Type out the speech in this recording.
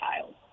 child